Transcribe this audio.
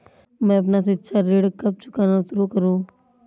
मैं अपना शिक्षा ऋण कब चुकाना शुरू करूँ?